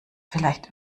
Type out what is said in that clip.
vielleicht